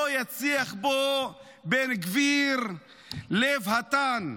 לא יצליח פה בן גביר לב התן.